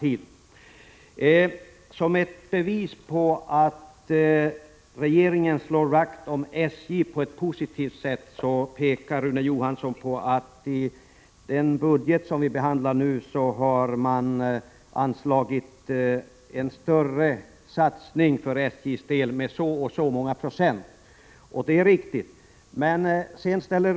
Som ett bevis på att regeringen slår vakt om SJ på ett positivt sätt pekar Rune Johansson på den budget som vi behandlar nu och som innehåller en större satsning för SJ:s del, en ökning av anslagen med så och så många procent.